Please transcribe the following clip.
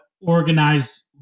organize